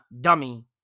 dummy